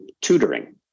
tutoring